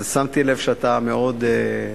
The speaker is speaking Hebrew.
שמתי לב שאתה מאוד,